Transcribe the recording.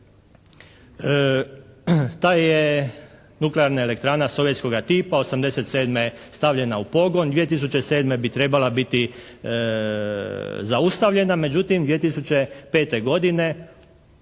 Ta je nuklearna elektrana sovjetskoga tipa, '87. stavljena u pogon. 2007. bi trebala biti zaustavljena. Međutim, 2005. godine